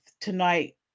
tonight